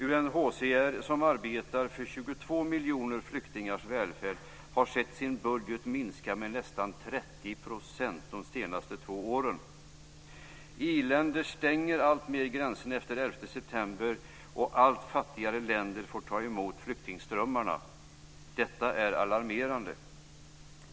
UNHCR, som arbetar för 22 miljoner flyktingars välfärd, har sett sin budget minska med nästan 30 % under de senaste två åren. I-länder stänger alltmer gränserna efter den 11 september, och allt fattigare länder får ta emot flyktingströmmarna. Detta är alarmerande.